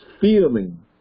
feeling